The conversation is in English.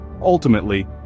ultimately